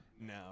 No